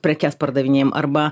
prekes pardavinėjam arba